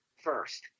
First